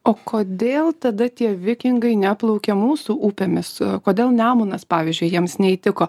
o kodėl tada tie vikingai neplaukė mūsų upėmis kodėl nemunas pavyzdžiui jiems neįtiko